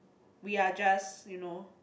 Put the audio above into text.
we are just you know